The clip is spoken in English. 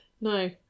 no